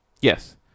Yes